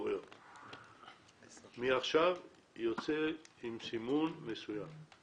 מעכשיו יוצא עם סימון מסוים.